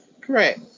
Correct